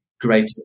greater